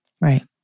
Right